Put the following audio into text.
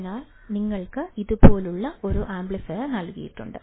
അതിനാൽ നിങ്ങൾക്ക് ഇതുപോലുള്ള ഒരു ആംപ്ലിഫയർ നൽകിയിട്ടുണ്ട്